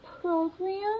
program